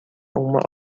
uma